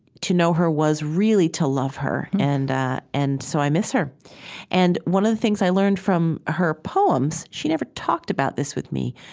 to know her was really to love her, and and so i miss her and one of the things i learned from her poems she never talked about this with me.